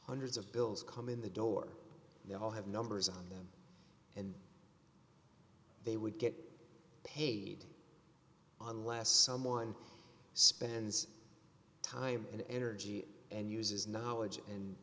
hundreds of bills come in the door they all have numbers on them and they would get paid on less someone spends time and energy and uses knowledge and